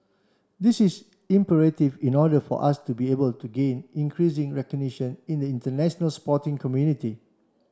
this is imperative in order for us to be able to gain increasing recognition in the international sporting community